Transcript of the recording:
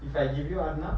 if I give you arnab